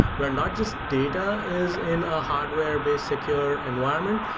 where not just data is in a hardware-based secure environment,